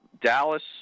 Dallas